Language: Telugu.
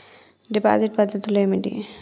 డిపాజిట్ పద్ధతులు ఏమిటి?